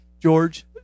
George